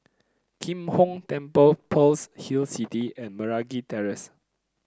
Kim Hong Temple Pearl's Hill City and Meragi Terrace